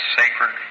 sacred